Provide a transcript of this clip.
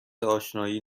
اشنایی